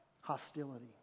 hostility